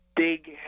Big